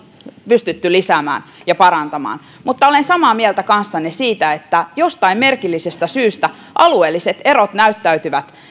pystytty lisäämään ja parantamaan mutta olen samaa mieltä kanssanne siitä että jostain merkillisestä syystä alueelliset erot näyttäytyvät